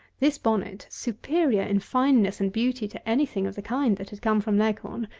this bonnet, superior in fineness and beauty to anything of the kind that had come from leghorn,